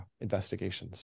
investigations